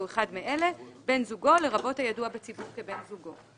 בן זוגו, לרבות הידוע בציבור כבן זוגו.